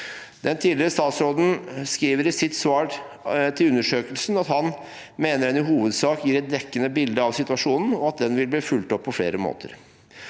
Den tidligere statsråden skriver i sitt svar til undersøkelsen at han mener den i hovedsak gir et dekkende bilde av situasjonen, og at den vil bli fulgt opp på flere måter.